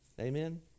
Amen